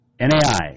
NAI